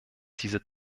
diese